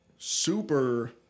Super